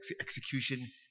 execution